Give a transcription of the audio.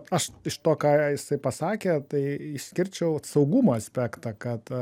aš iš to ką jisai pasakė tai išskirčiau saugumo aspektą kad